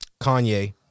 Kanye